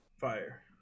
Fire